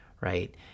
right